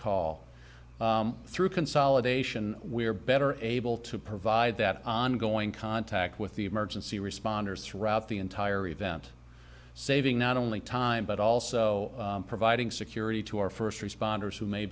call through consolidation we are better able to provide that ongoing contact with the emergency responders throughout the entire event saving not only time but also providing security to our first responders who may